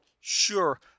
Sure